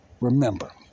Remember